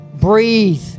breathe